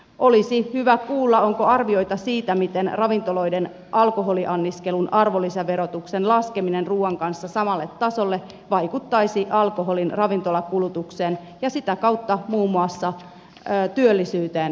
olisi hyvä kuulla onko arvioita siitä miten ravintoloiden alkoholianniskelun arvonlisäverotuksen laskeminen ruuan kanssa samalle tasolle vaikuttaisi alkoholin ravintolakulutukseen ja sitä kautta muun muassa työllisyyteen ravintola alalla